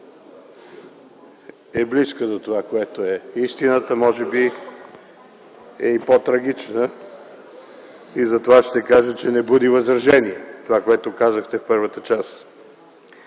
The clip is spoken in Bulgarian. е близка до истината – може би е и по-трагична. Затова ще кажа, че не буди възражение това, което казахте в първата част.